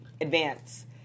advance